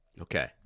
Okay